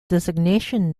designation